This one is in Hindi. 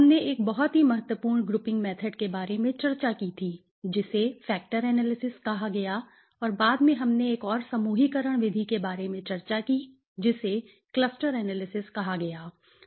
पिछले सत्र में हमने एक बहुत ही महत्वपूर्ण ग्रुपिंग मेथड के बारे में चर्चा की थी जिसे फैक्टर एनालिसिस कहा गया और बाद में हमने एक और समूहीकरण विधि के बारे में चर्चा की जिसे क्लस्टर एनालिसिस कहा गया ठीक है